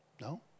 no